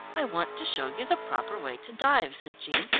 i want to show you the proper way to dive, said jean.